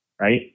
right